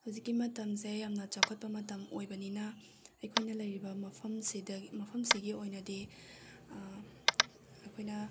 ꯍꯧꯖꯤꯛꯀꯤ ꯃꯇꯝꯁꯦ ꯌꯥꯝꯅ ꯆꯥꯎꯈꯠꯄ ꯃꯇꯝ ꯑꯣꯏꯕꯅꯤꯅ ꯑꯩꯈꯣꯏꯅ ꯂꯩꯔꯤꯕ ꯃꯐꯝꯁꯤꯗ ꯃꯐꯝꯁꯤꯒꯤ ꯑꯣꯏꯅꯗꯤ ꯑꯩꯈꯣꯏꯅ